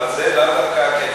אבל זה לאו דווקא הקשר.